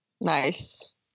Nice